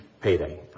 payday